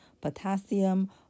potassium